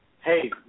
Hey